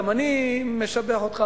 גם אני משבח אותך,